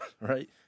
Right